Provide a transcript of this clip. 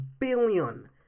billion